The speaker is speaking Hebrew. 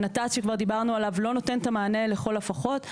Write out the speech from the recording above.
הנת"צ שכבר דיברנו עליו לא נותן את המענה לכל הפחות,